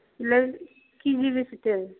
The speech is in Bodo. कि जि बेसेथो